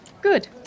Good